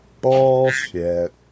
Bullshit